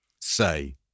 say